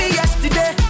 yesterday